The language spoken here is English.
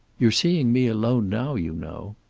you're seeing me alone now, you know.